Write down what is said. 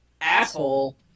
asshole